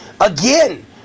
again